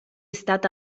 stata